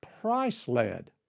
price-led